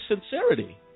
sincerity